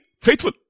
faithful